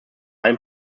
ein